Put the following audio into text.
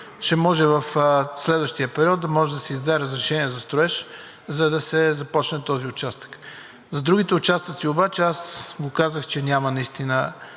ще може в следващия период да може да се издаде разрешение за строеж, за да се започне този участък. За другите участъци обаче, аз го казах, че няма трасе,